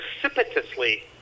precipitously